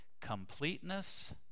completeness